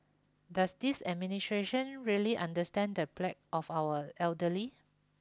does this really understand the plight of our elderly